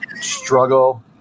struggle